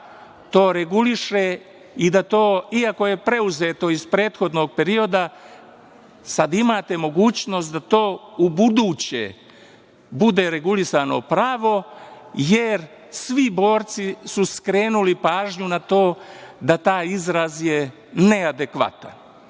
i da to iako je preuzeto iz prethodnog perioda, sad imate mogućnost da to u buduće bude regulisano pravo jer svi borci su skrenuli pažnju na to da taj izraz je neadekvatan.